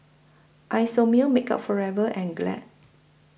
Isomil Makeup Forever and Glad